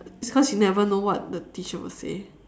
because you never know what the teacher will say